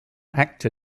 actor